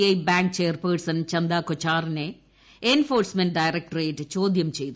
I bank chairperson Chanda കൊച്ചാറിനെ enforcement directorate ചോദ്യം ചെയ്തു